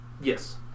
Yes